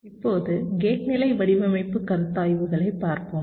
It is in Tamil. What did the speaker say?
இப்போது கேட் நிலை வடிவமைப்பு கருத்தாய்வுகளைப் பார்ப்போம்